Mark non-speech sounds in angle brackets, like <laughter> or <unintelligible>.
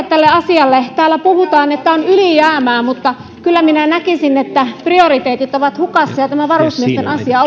<unintelligible> tälle asialle täällä puhutaan että on ylijäämää mutta kyllä minä näkisin että prioriteetit ovat hukassa ja <unintelligible>